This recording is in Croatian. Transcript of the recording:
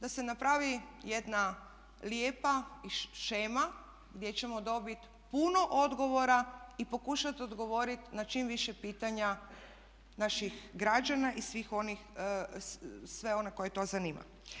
Da se napravi jedna lijepa shema gdje ćemo dobit puno odgovora i pokušat odgovorit na čim više pitanja naših građana i sve one koje to zanima.